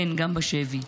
גם בשבי.